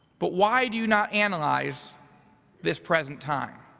but why do you not analyze this present time?